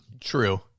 True